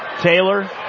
Taylor